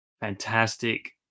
fantastic